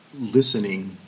listening